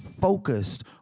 focused